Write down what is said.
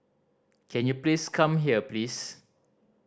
can you please come here please